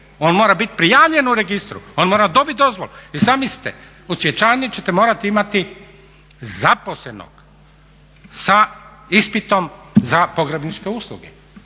on mora biti prijavljen u registru, on mora dobiti dozvolu. I zamislite, u cvjećarni ćete morati imati zaposlenog sa ispitom za pogrebničke usluge.